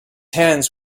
hands